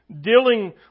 dealing